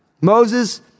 Moses